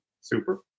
Super